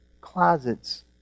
closets